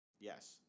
Yes